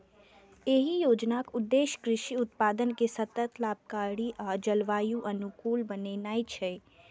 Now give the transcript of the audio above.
एहि योजनाक उद्देश्य कृषि उत्पादन कें सतत, लाभकारी आ जलवायु अनुकूल बनेनाय छै